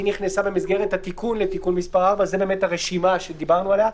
היא נכנסה במסגרת התיקון לתיקון מספר 4. זאת הרשימה שדיברנו עליה,